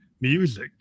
music